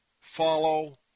follow